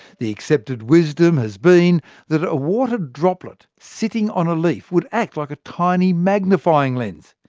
the accepted wisdom has been that a water droplet sitting on a leaf would act like a tiny magnifying lens,